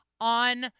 on